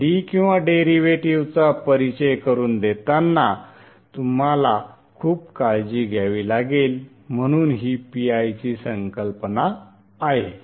तर D किंवा डेरिव्हेटिव्हचा परिचय करून देताना तुम्हाला खूप काळजी घ्यावी लागेल म्हणून ही PI ची संकल्पना आहे